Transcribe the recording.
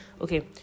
okay